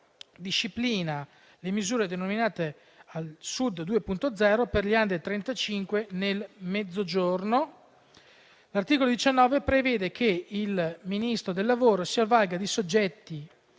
disciplina le misure denominate Sud 2.0 per gli *under* 35 nel Mezzogiorno. L'articolo 19 prevede che il Ministro del lavoro si avvalga di soggetti